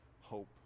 Hope